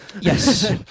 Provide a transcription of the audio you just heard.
yes